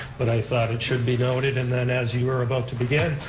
but i thought it should be noted, and then as you were about to begin,